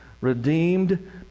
redeemed